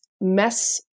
mess